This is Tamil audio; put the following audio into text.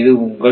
இது உங்கள்